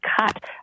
cut